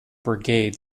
brigade